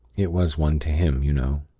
it was one to him, you know.